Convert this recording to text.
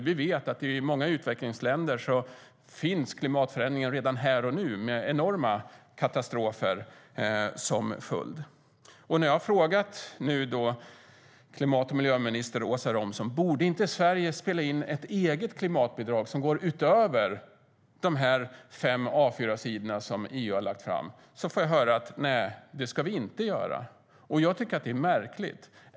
Vi vet att i många utvecklingsländer finns klimatförändringen redan här och nu, med enorma katastrofer som följd. När jag nu har frågat klimat och miljöminister Åsa Romson om inte Sverige borde komma med ett eget klimatbidrag som går utöver de fem A4-sidor som EU har lagt fram får jag svaret: Nej, det ska vi inte göra. Jag tycker att det är märkligt.